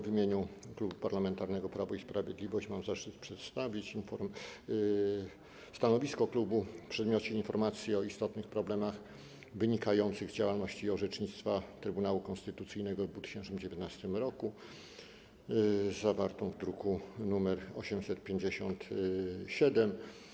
W imieniu Klubu Parlamentarnego Prawo i Sprawiedliwość mam zaszczyt przedstawić stanowisko w sprawie informacji o istotnych problemach wynikających z działalności i orzecznictwa Trybunału Konstytucyjnego w 2019 roku, zawartej w druku nr 857.